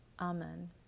Amen